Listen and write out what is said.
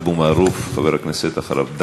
ואבו מערוף, חבר הכנסת, אחריו.